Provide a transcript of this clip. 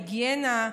ההיגיינה,